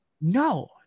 no